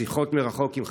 שיחות מרחוק עם חניכים,